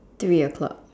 eight o-clock